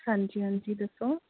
ਹਾਂਜੀ ਹਾਂਜੀ ਦੱਸੋ